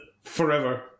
forever